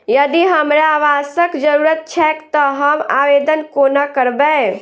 यदि हमरा आवासक जरुरत छैक तऽ हम आवेदन कोना करबै?